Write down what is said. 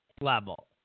level